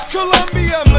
Columbia